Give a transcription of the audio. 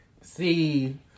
see